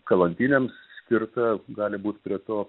kalantinėms skirta gali būt prie to